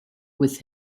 with